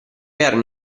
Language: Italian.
erano